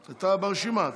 אתה ברשימה.